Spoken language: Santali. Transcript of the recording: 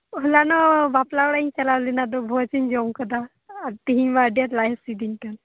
ᱦᱚᱞᱟᱱᱚᱜ ᱵᱟᱯᱞᱟ ᱚᱲᱟᱜ ᱤᱧ ᱪᱟᱞᱟᱣ ᱞᱮᱱᱟ ᱫᱚ ᱵᱷᱚᱡᱽ ᱤᱧ ᱡᱚᱢ ᱟᱠᱟᱫᱟ ᱟᱨ ᱛᱤᱦᱤᱧ ᱢᱟ ᱟᱹᱰᱤ ᱟᱸᱴ ᱞᱟᱡ ᱦᱟᱥᱩᱭᱤᱫᱤᱧ ᱠᱟᱱ